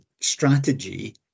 strategy